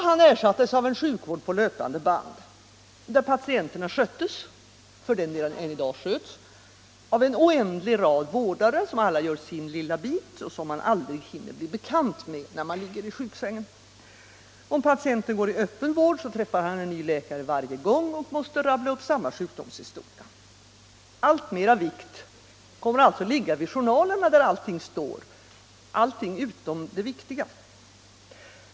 Han ersattes av en sjukvård på löpande band, där patienterna sköttes — och för den delen än i dag sköts — av en oändlig rad vårdare, som alla gör sin lilla bit och som man aldrig hinner bli bekant med när man ligger i sjuksängen. Går patienten i öppen vård, träffar han en ny läkare varje gång och måste rabbla upp samma sjukdomshistoria. Alltmer vikt kommer att ligga vid journalerna där allting står — allting utom det viktiga.